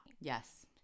yes